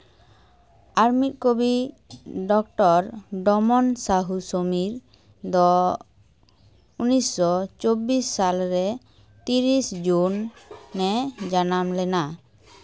ᱟᱨ ᱢᱤᱫ ᱠᱚᱵᱤ ᱰᱚᱠᱴᱚᱨ ᱰᱚᱢᱚᱱ ᱥᱟᱦᱩ ᱥᱚᱢᱤᱨ ᱫᱚ ᱩᱱᱤᱥᱥᱚ ᱪᱚᱵᱽᱵᱤᱥ ᱥᱟᱞᱨᱮ ᱛᱤᱨᱤᱥ ᱡᱩᱱ ᱮ ᱡᱟᱱᱟᱢ ᱞᱮᱱᱟ